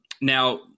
Now